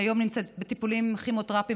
שהיום נמצאת בטיפולים כימותרפיים,